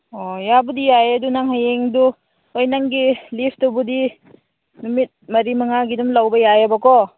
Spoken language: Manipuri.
ꯑꯣ ꯌꯥꯕꯨꯗꯤ ꯌꯥꯏꯌꯦ ꯑꯗꯨ ꯅꯪ ꯍꯌꯦꯡꯗꯨ ꯍꯣꯏ ꯅꯪꯒꯤ ꯂꯤꯐꯇꯨꯕꯨꯗꯤ ꯅꯨꯃꯤꯠ ꯃꯔꯤ ꯃꯉꯥꯒꯤ ꯑꯗꯨꯝ ꯂꯧꯕ ꯌꯥꯌꯦꯕꯀꯣ